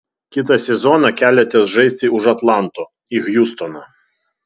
kitą sezoną keliatės žaisti už atlanto į hjustoną